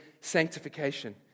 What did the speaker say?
sanctification